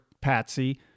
Patsy